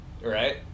Right